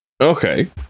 Okay